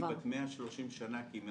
הספרייה הלאומית היא בת 130 שנה כמעט,